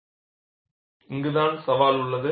இங்குதான் சவால் உள்ளது